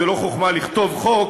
זו לא חוכמה לכתוב חוק,